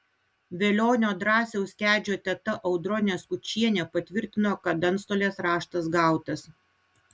velionio drąsiaus kedžio teta audronė skučienė patvirtino kad antstolės raštas gautas